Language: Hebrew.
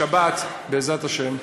השבת, בעזרת השם,